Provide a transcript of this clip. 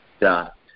dot